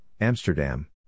Amsterdam